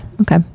Okay